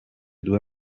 due